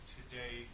today